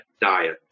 diet